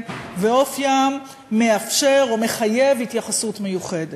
ואופיין מאפשר או מחייב התייחסות מיוחדת.